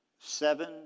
Seven